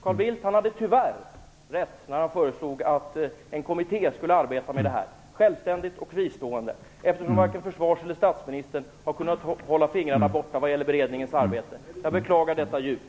Carl Bildt hade tyvärr rätt när han föreslog att en kommitté skulle arbeta med frågorna självständigt och fristående eftersom varken försvars eller statsministern har kunnat hålla fingrarna borta vad gäller beredningens arbete. Jag beklagar detta djupt.